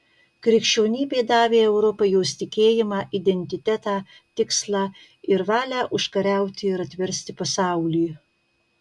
krikščionybė davė europai jos tikėjimą identitetą tikslą ir valią užkariauti ir atversti pasaulį